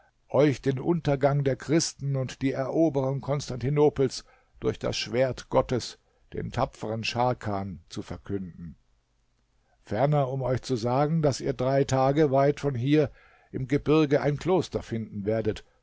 euch den untergang der christen und die eroberung konstantinopels durch das schwert gottes den tapfern scharkan zu verkünden ferner um euch zu sagen daß ihr drei tage weit von hier im gebirge ein kloster finden werdet